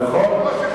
נכון,